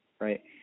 right